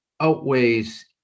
outweighs